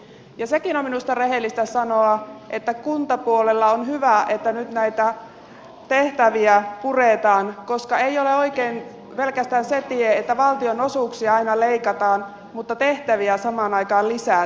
ja sekin on minusta rehellistä sanoa että kuntapuolella on hyvä että nyt näitä tehtäviä puretaan koska ei ole oikein pelkästään se tie että valtionosuuksia aina leikataan mutta tehtäviä samaan aikaan lisätään